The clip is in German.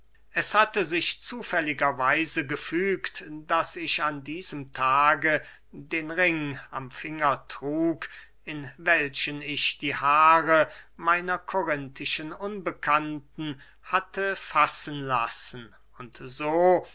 es hatte sich zufälliger weise gefügt daß ich an diesem tage den ring am finger trug in welchen ich die haare meiner korinthischen unbekannten hatte fassen lassen und so